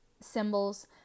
symbols